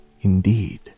Indeed